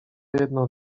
jedno